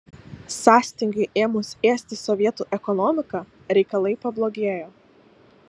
sąstingiui ėmus ėsti sovietų ekonomiką reikalai pablogėjo